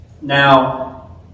Now